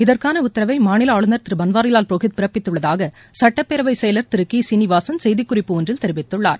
இதற்கான உத்தரவை மாநில ஆளுநர் திரு பன்வாரிலால் புரோஹித் பிறப்பித்துள்ளதாக சுட்டப்பேரவை செயலர் திரு கி சீனிவாசன் செய்திக்குறிப்பு ஒன்றில் தெரிவித்துள்ளார்